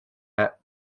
pet